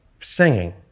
singing